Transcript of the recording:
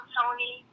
Tony